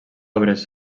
obres